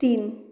तीन